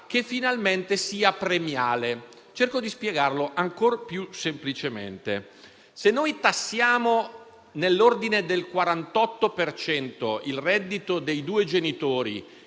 che finalmente sia premiale. Cerco di spiegarlo ancora più semplicemente: se noi tassiamo nell'ordine del 48 per cento il reddito dei due genitori